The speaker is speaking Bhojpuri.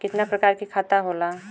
कितना प्रकार के खाता होला?